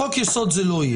בחוק-יסוד זה לא יהיה.